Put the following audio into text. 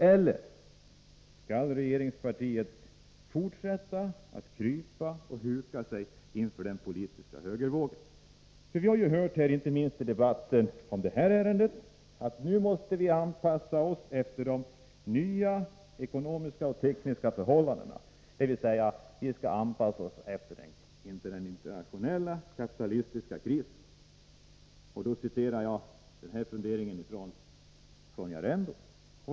Eller skall regeringspartiet fortsätta att huka sig inför den politiska högervågen? Vi har, inte minst i debatten om detta ärende, fått höra att vi nu måste anpassa oss efter de nya ekonomiska och tekniska förhållandena, dvs. vi skall anpassa oss efter den internationella kapitalistiska krisen. Jag återgav här en fundering från Sonja Rembo.